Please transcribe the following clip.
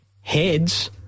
heads